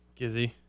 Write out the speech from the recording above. Gizzy